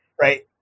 right